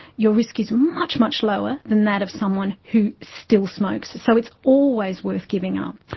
your risk is much, much lower than that of someone who still smokes. so it's always worth giving up.